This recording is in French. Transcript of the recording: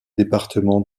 départements